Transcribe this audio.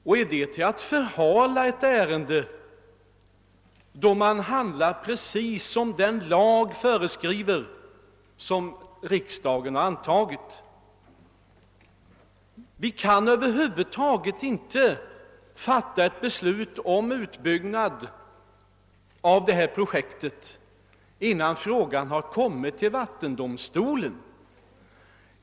Och är det att förhala ett ärende, då man handlar precis som den lag föreskriver som riksdagen har antagit? Vi kan över huvud taget inte fatta ett beslut om utbyggnad av detta projekt innan frågan har kommit till vattendomstolen.